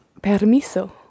permiso